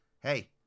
Hey